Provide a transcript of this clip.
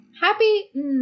Happy